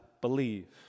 believe